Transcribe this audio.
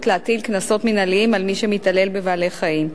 להטיל קנסות מינהליים על מי שמתעלל בבעלי-חיים.